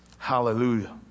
Hallelujah